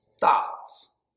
thoughts